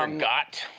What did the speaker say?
um got.